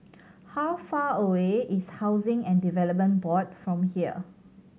how far away is Housing and Development Board from here